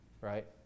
right